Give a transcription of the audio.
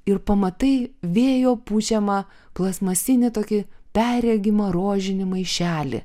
ir pamatai vėjo pučiamą plastmasinį tokį perregimą rožinį maišelį